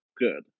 Good